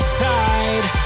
side